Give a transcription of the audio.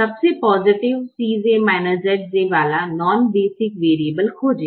सबसे positive Cj Zj वाला non basic variable खोजें